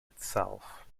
itself